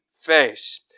face